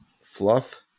fluff